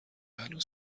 هنوز